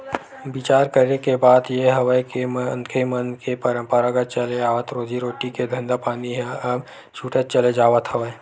बिचार करे के बात ये हवय के मनखे मन के पंरापरागत चले आवत रोजी रोटी के धंधापानी ह अब छूटत चले जावत हवय